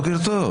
בוקר טוב.